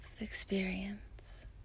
experience